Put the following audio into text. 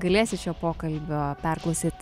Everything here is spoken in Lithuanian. galėsit šio pokalbio perklausyt